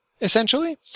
essentially